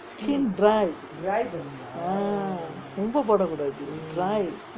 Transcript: skin dry ah ரொம்ப போட கூடாது:romba poda kudathu